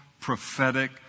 prophetic